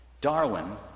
Darwin